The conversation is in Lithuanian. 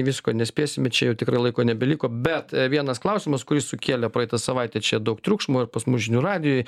visko nespėsime čia jau tikrai laiko nebeliko bet vienas klausimas kuris sukėlė praeitą savaitę čia daug triukšmo ir pas mus žinių radijuj